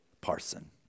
parson